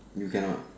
you cannot